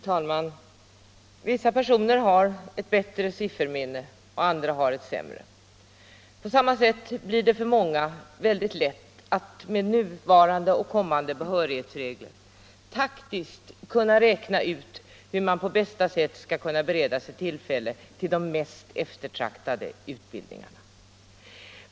Fru talman! Vissa personer har ett bättre sifferminne, andra har ett sämre. På samma sätt blir det för många lätt att med nuvarande och kommande behörighetsregler taktiskt räkna ut hur man på bästa sätt skall kunna bereda sig tillträde till de mest eftertraktade utbildningarna.